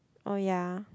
oh ya